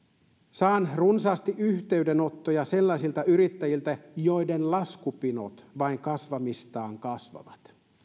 saan runsaasti yhteydenottoja sellaisilta yrittäjiltä joiden laskupinot vain kasvamistaan kasvavat